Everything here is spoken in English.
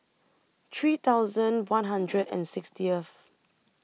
three thousand one hundred and sixtieth